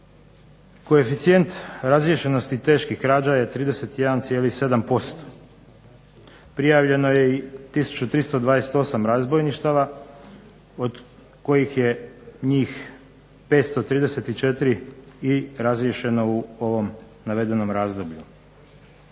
koeficijent razriješenosti teških krađa je 31,7%, prijavljeno je i tisuću 328 razbojništava, od kojih je njih 534 i razriješeno u ovom navedenom razdoblju.